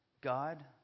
God